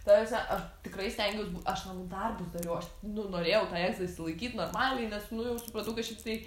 ta prasme aš tikrai stengiaus bu aš namų darbus dariau aš nu norėjau tą egzą išsilaikyt normaliai nes nu jau supratau kad šiaip tai